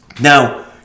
Now